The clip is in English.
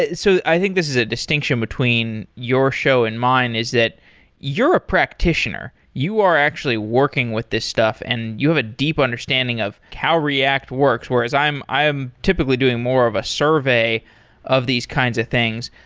so i think this is a distinction between your show and mine, is that you're practitioner. you are actually working with this stuff and you have a deep understanding of how react works, whereas i am i am typically doing more of a survey of these kinds of things.